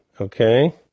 Okay